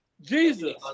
Jesus